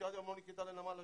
שעד היום לא נקלטה לנמל אשדוד.